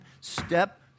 step